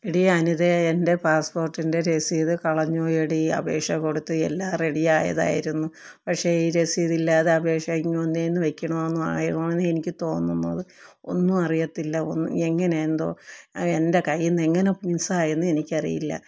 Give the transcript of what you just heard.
എടീ അനിതെ എൻ്റെ പാസ്സ്പോർട്ടിൻ്റെ രസീത് കളഞ്ഞുപോയെടി അപേക്ഷ കൊടുത്തു എല്ലാം റെഡിയായതായിരുന്നു പക്ഷെ ഈ രസീത് ഇല്ലാതെ അപേക്ഷ ഇനി ഒന്നേന്നു വയ്ക്കണോന്ന് ആണ് എനിക്ക് തോന്നുന്നത് ഒന്നും അറിയത്തില്ല എങ്ങനെയെന്തോ എൻ്റെ കയ്യിന്ന് എങ്ങനെ മിസ് ആയെന്നും എനിക്കറിയില്ല